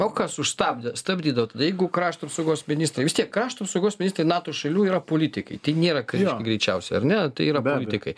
o kas užstabdė stabdydavo tada jeigu krašto apsaugos ministrai vis tiek krašto apsaugos ministrai nato šalių yra politikai tai nėra kariškiai greičiausiai ar ne tai yra politikai